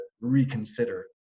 reconsider